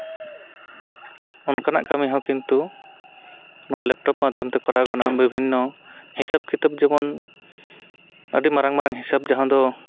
ᱚᱱᱠᱟᱱᱟᱜ ᱠᱟᱹᱢᱤ ᱦᱚᱸ ᱠᱤᱱᱛᱩ ᱱᱚᱣᱟ ᱞᱮᱯᱴᱚᱯ ᱢᱟᱫᱽᱫᱷᱚᱢ ᱛᱮ ᱠᱚᱨᱟᱣ ᱜᱟᱱᱚᱜᱼᱟ ᱵᱤᱵᱷᱤᱱᱱᱚ ᱦᱤᱸᱥᱟᱹᱵ ᱠᱤᱛᱟᱹᱵ ᱡᱮᱢᱚᱱ ᱟᱹᱰᱤ ᱢᱟᱨᱟᱝ ᱢᱟᱨᱟᱝ ᱦᱤᱥᱟᱹᱵ ᱡᱟᱦᱟᱸ ᱫᱚ